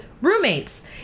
roommates